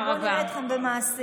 בואו נראה אתכם במעשים.